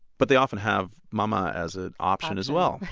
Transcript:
but they often have mama as an option as well,